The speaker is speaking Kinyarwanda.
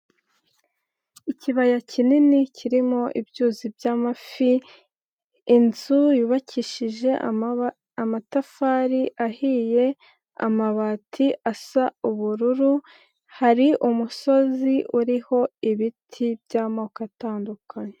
Ikibaya kinini kirimo ibyuzi by'amafi, inzu yubakishije amatafari ahiye, amabati asa ubururu, hari umusozi uriho ibiti by'amoko atandukanye.